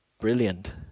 brilliant